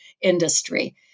industry